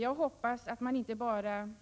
Jag hoppas att SÖ inte bara